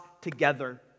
together